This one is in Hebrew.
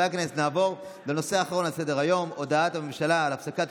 נעבור להצבעה על סעיף ג'